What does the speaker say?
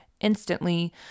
instantly